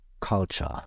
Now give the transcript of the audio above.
culture